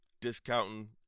discounting